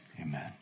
Amen